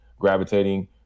gravitating